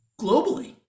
globally